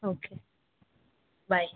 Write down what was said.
okay bye